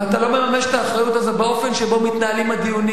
ואתה לא מממש את האחריות הזאת באופן שבו מתנהלים הדיונים.